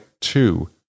Two